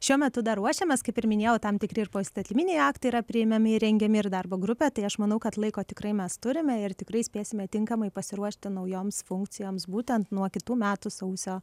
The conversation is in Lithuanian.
šiuo metu dar ruošiamės kaip ir minėjau tam tikri ir poįstatyminiai aktai yra priimami ir rengiami ir darbo grupė tai aš manau kad laiko tikrai mes turime ir tikrai spėsime tinkamai pasiruošti naujoms funkcijoms būtent nuo kitų metų sausio